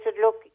look